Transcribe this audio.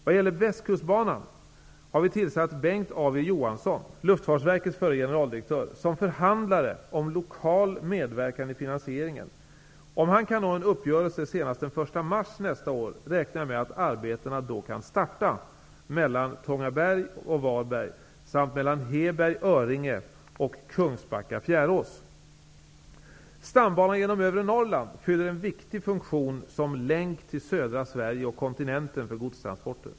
Vad gäller västkustbanan har vi tillsatt Bengt W Johansson, Luftfartsverkets förre generaldirektör, som förhandlare om lokal medverkan i finansieringen. Om han kan nå en uppgörelse senast den 1 mars nästa år, räknar jag med att arbetena då kan starta mellan Tångaberg och Stambanan genom övre Norrland fyller en viktig funktion som länk till södra Sverige och kontinenten för godstransporter.